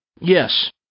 Yes